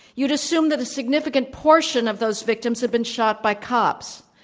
you'd assume that a significant portion of those victims had been shot by cops.